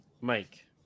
Mike